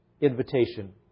invitation